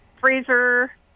freezer